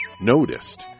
noticed